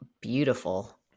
beautiful